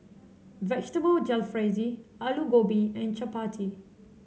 Vegetable Jalfrezi Alu Gobi and Chapati